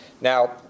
Now